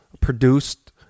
produced